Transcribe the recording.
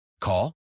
Call